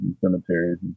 cemeteries